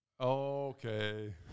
okay